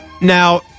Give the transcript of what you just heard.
Now